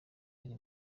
ari